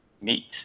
meet